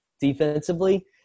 Defensively